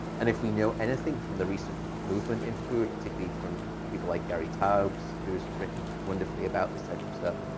and if we know anything from the recent movement in food, particularly from people like gary taubes, who has written wonderfully about this type of stuff,